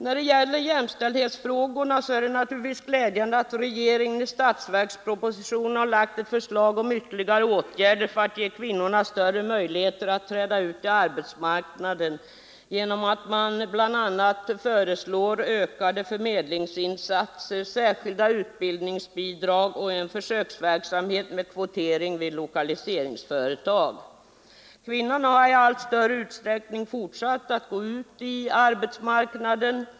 När det gäller jämställdhetsfrågorna är det naturligtvis glädjande att regeringen i statsverkspropositionen framlagt förslag om ytterligare åtgärder för att ge kvinnorna större möjligheter att träda ut på arbetsmarknaden. Man föreslår bl.a. ökade förmedlingsinsatser, särskilda utbildningsbidrag och försöksverksamhet med kvotering vid lokaliseringsföretag. Kvinnorna har i allt större utsträckning fortsatt att gå ut på arbetsmarknaden.